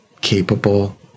capable